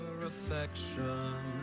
affection